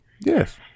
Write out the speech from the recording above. Yes